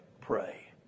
pray